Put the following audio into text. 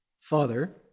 Father